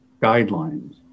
guidelines